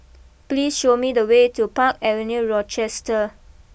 please show me the way to Park Avenue Rochester